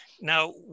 Now